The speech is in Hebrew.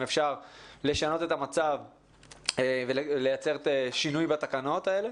אפשר לשנות את המצב ולייצר שינוי בתקנות האלה.